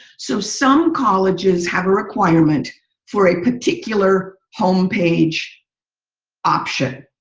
so some colleges have a requirement for a particular home page option,